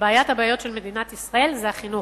שבעיית הבעיות של מדינת ישראל היא החינוך,